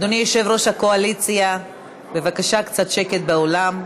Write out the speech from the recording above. אדוני יושב-ראש הקואליציה, בבקשה קצת שקט באולם.